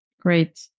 Great